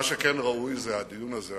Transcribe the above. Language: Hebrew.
מה שכן ראוי זה הדיון הזה.